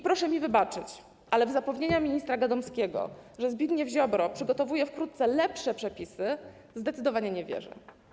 Proszę mi wybaczyć, ale w zapewnienia ministra Gadomskiego, że Zbigniew Ziobro przygotuje wkrótce lepsze przepisy, zdecydowanie nie wierzę.